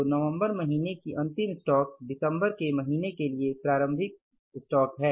तो नवंबर महीने की अंतिम स्टॉक दिसंबर के महीने के लिए प्रारंभिक रहतिया है